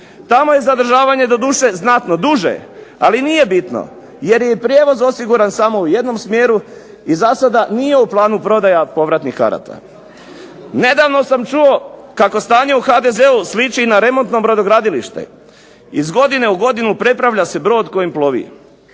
Tamo je zadržavanje doduše znatno duže, ali nije bitno, jer je i prijevoz osiguran samo u jednom smjeru i za sada nije u planu prodaja povratnih karata. Nedavno sam čuo kako stanje u HDZ-u sliči na remontno brodogradilište, iz godine u godinu prepravlja se brod kojim plovi.